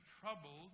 troubled